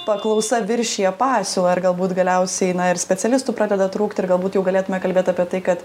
paklausa viršija pasiūlą ir galbūt galiausiai na ir specialistų pradeda trūkt ir galbūt jau galėtume kalbėt apie tai kad